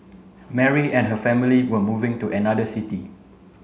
Mary and her family were moving to another city